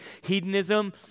hedonism